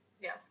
yes